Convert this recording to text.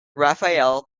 rafael